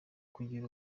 kugira